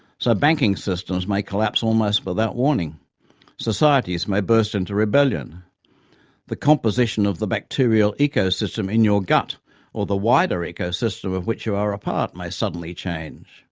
so banking systems may collapse almost without warning societies may burst into rebellion the composition of the bacterial ecosystem in your gut or the wider ecosystem of which you are a part may suddenly change.